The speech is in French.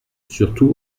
surtout